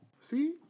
See